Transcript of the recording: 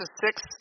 six